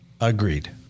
Agreed